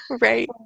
Right